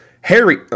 Harry